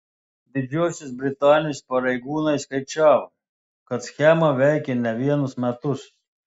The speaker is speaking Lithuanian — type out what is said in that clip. didžiosios britanijos pareigūnai skaičiavo kad schema veikė ne vienus metus